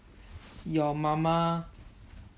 your mama